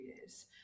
years